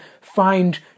find